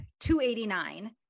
$289